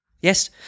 Yes